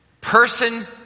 person